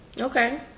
Okay